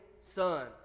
son